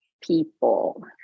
people